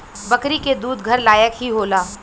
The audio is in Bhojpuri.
बकरी के दूध घर लायक ही होला